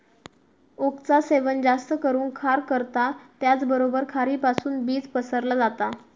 ओकचा सेवन जास्त करून खार करता त्याचबरोबर खारीपासुन बीज पसरला जाता